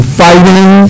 fighting